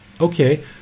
Okay